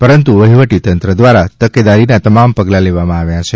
પરંતુ વફીવટીતંત્ર દ્વારા તકેદારીના તમામ પગલા લેવામાં આવ્યા છે